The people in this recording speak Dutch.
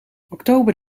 oktober